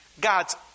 God's